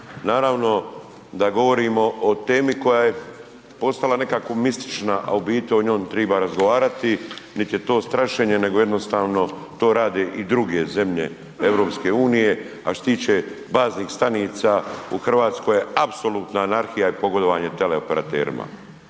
Naravno da govorimo o temi koja je postala nekako mistična, a u biti o njoj triba razgovarati, nit je strašenje nego jednostavno to rade i druge zemlje EU, a što se tiče baznih stanica u Hrvatskoj je apsolutna anarhija i pogodovanje teleoperaterima.